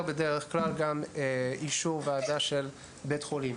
גם אישור ועדה של בית חולים.